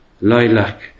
lilac